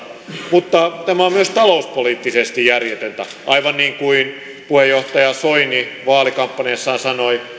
mutta tämä on myös talouspoliittisesti järjetöntä aivan niin kuin puheenjohtaja soini vaalikampanjassaan sanoi